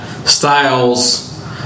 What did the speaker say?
styles